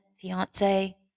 fiance